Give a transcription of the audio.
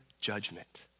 judgment